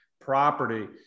property